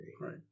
Right